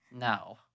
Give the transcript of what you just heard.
No